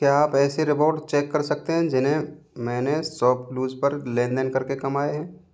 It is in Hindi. क्या आप ऐसे रिवॉर्ड चेक कर सकते हैं जिन्हें मैंने शॉपक्लूज पर लेनदेन करके कमाएं हैं